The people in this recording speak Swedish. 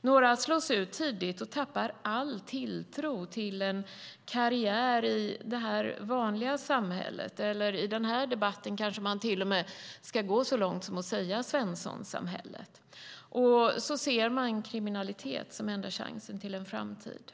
Några slås ut tidigt och tappar all tilltro till en karriär i det vanliga samhället, eller i denna debatt kanske man till och med ska gå så långt som att säga Svenssonsamhället, och ser kriminalitet som enda chansen till en framtid.